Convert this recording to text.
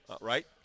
right